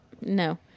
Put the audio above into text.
No